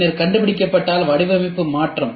பின்னர் கண்டுபிடிக்கப்பட்டால் வடிவமைப்பு மாற்றம்